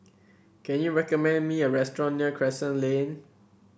can you recommend me a restaurant near Crescent Lane